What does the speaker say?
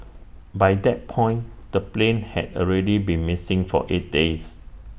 by that point the plane had already been missing for eight days